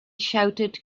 shouted